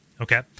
Okay